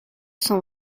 cent